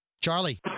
Charlie